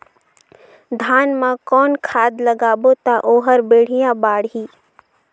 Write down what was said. धान मा कौन खाद लगाबो ता ओहार बेडिया बाणही?